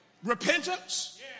Repentance